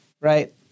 right